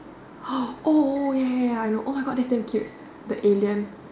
oh oh ya ya ya ya I know oh my god that's damn cute the alien